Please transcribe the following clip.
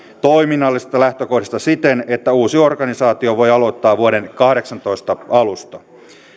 toiminnallisista lähtökohdista siten että uusi organisaatio voi aloittaa vuoden kahdeksantoista alusta